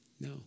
no